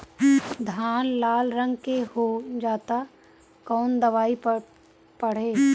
धान लाल रंग के हो जाता कवन दवाई पढ़े?